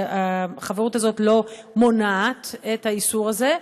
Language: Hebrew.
החברות הזאת לא מונעת את האיסור הזה,